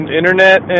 internet